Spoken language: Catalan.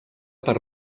per